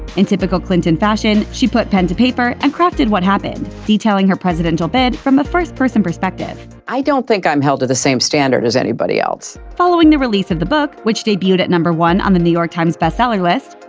in typical clinton fashion, she put pen to paper and crafted what happened, detailing her presidential bid from a first-person perspective. i don't think i'm held to the same standard as anybody else. following the release of the book, which debuted at number one on the new york times best seller list,